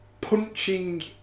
punching